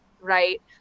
Right